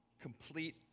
complete